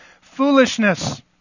foolishness